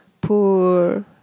poor